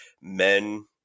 men